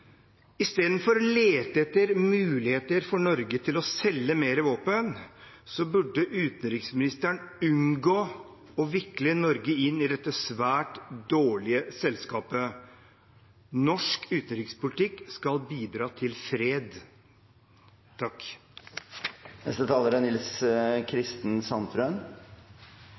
lete etter muligheter for Norge til å selge flere våpen burde utenriksministeren unngå å vikle Norge inn i dette svært dårlige selskapet. Norsk utenrikspolitikk skal bidra til fred. Andelen folk som er